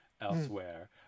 elsewhere